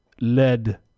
Lead